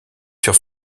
sur